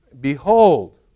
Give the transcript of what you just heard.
Behold